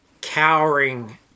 cowering